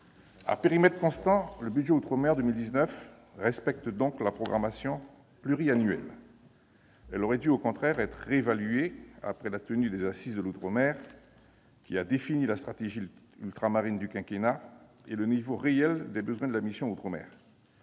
À périmètre constant, le budget de la mission pour 2019 respecte donc la programmation pluriannuelle. Celle-ci aurait dû, au contraire, être réévaluée après la tenue des Assises des outre-mer, lesquelles ont permis de définir la stratégie ultramarine du quinquennat et le niveau réel des besoins de la mission « Outre-mer